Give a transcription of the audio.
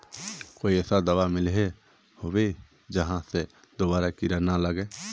कोई ऐसा दाबा मिलोहो होबे जहा से दोबारा कीड़ा ना लागे?